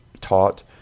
taught